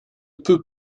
peut